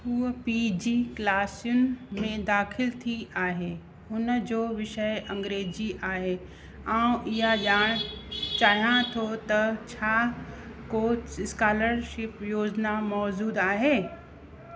हूअ P G क्लासियुनि में दाख़िल थी आहे हुन जो विषय अंग्रेजी आहे ऐं इहा ॼाण चाहियां थो त छा को स्कालरशिप योजना मौजूदु आहे